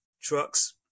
trucks